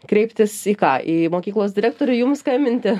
kreiptis į ką į mokyklos direktorių jums skambinti